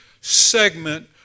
segment